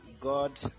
god